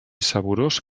saborós